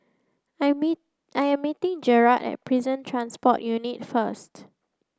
I'm meet I am meeting Jarrod at Prison Transport Unit first